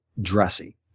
dressy